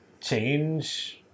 change